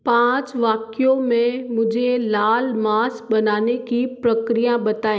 पाँच वाक्यों में मुझे लाल मांस बनाने की प्रक्रिया बताएँ